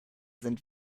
sind